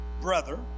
brother